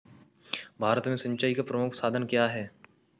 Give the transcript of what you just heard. भारत में सिंचाई का प्रमुख साधन क्या है?